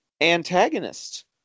antagonist